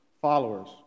followers